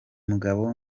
mugabo